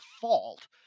fault